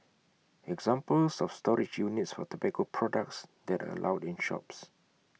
examples of storage units for tobacco products that are allowed in shops